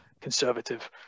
conservative